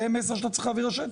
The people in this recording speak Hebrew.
זה מסר שאתה צריך להעביר לשטח,